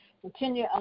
Continue